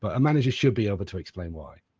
but a manager should be able to explain why.